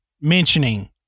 mentioning